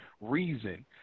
reason